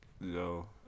Yo